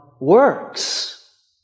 works